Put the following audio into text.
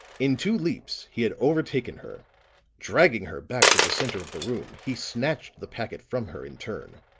in two leaps he had overtaken her dragging her back to the center of the room, he snatched the packet from her in turn.